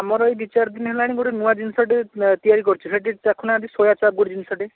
ଆମର ଏଇ ଦୁଇ ଚାରି ଦିନ ହେଲାଣି ଗୋଟେ ନୂଆ ଜିନିଷଟେ ଏ ତିଆରି କରିଛୁ ସେଟା ଟିକିଏ ଚାଖୁ ନାହାନ୍ତି ସୋୟାଚାପ୍ ଗୋଟେ ଜିନିଷଟେ